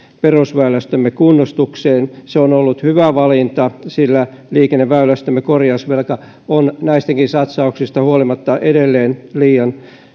perusväylästömme kunnostukseen se on ollut hyvä valinta sillä liikenneväylästömme korjausvelka on näistäkin satsauksista huolimatta edelleen liian